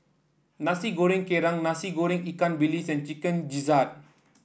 Nasi Goreng Kerang Nasi Goreng Ikan Bilis and Chicken Gizzard